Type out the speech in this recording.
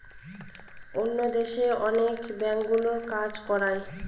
অন্য দেশে অনেক ব্যাঙ্কগুলো কাজ করায়